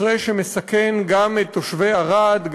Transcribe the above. מכרה שמסכן גם את תושבי ערד,